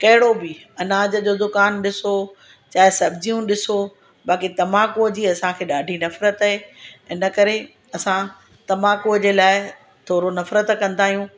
कहिड़ो बि अनाज जो दुकान ॾिसो चाहे सब्जियूं ॾिसो बाक़ी तम्बाकूअ जी असांखे ॾाढी नफ़रतु आहे इन करे असां तम्बाकूअ जे लाइ थोरो नफ़रतु कंदा आहियूं